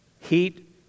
heat